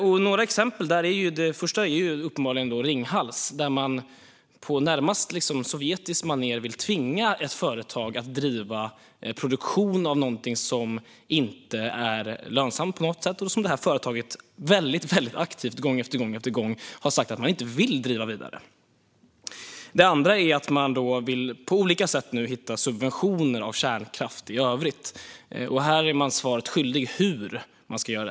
Det första exemplet är uppenbarligen Ringhals, där man på närmast sovjetiskt manér vill tvinga ett företag att driva produktion av något som inte är lönsamt på något sätt och som företaget aktivt, gång efter gång, har sagt att det inte vill driva vidare. Sedan vill man nu på olika sätt hitta subventioner av kärnkraft i övrigt, och här är man svaret skyldig om hur detta ska göras.